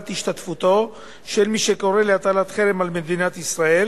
השתתפותו של מי שקורא להטלת חרם על מדינת ישראל